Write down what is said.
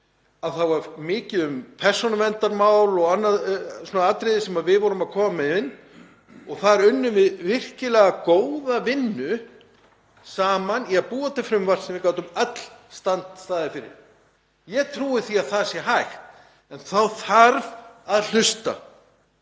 þá var mikið um persónuverndarmál og önnur atriði sem við komum með þar inn og þar unnum við virkilega góða vinnu saman í að búa til frumvarp sem við gátum öll staðið fyrir. Ég trúi því að það sé hægt en þá þarf að hlusta